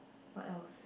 what else